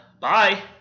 Bye